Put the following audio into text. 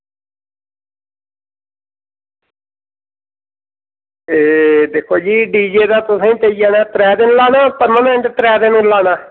एह् दिक्खो जी डीजे दा तुसेंगी पेई जाना त्रैऽ दिन लाना परमानेंट त्रैऽ दिन लाना